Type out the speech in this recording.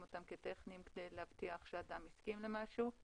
אותם כטכניים כדי להבטיח שאדם הסכים למשהו.